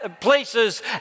places